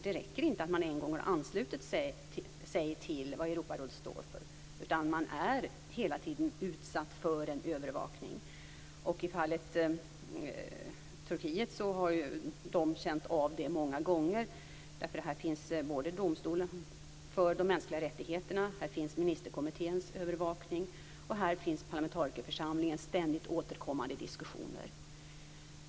Det räcker inte att man en gång har anslutit sig till det Europarådet står för, utan man är hela tiden utsatt för en övervakning. I Turkiet har man känt av det många gånger. Här finns domstolen för de mänskliga rättigheterna, här finns ministerkommitténs övervakning och här finns parlamentarikerförsamlingens ständigt återkommande diskussioner.